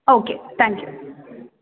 okay thank you